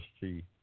see